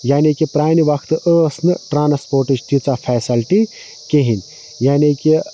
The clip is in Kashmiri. یعنے کہِ پرانہِ وقتہٕ ٲسۍ نہٕ ٹرانَسپوٹٕچ تیٖژاہ فیسَلٹی کِہیٖنۍ یعنے کہِ